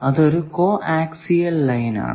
അത് ഒരു coaxial line ആണ്